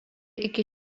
iki